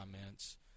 comments